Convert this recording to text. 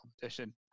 competition